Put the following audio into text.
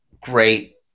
great